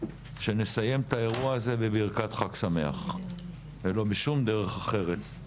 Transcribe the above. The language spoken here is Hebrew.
שנסיים את האירוע הזה בברכת חג שמח ולא בשום דרך אחרת.